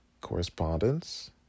correspondence